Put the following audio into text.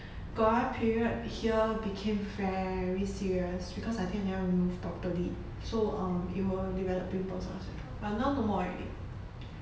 got one period here became very serious because I think I never remove properly so um it will develop pimples outside but now no more already